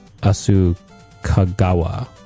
Asukagawa